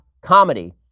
comedy